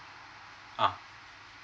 ah